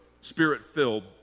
spirit-filled